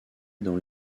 dans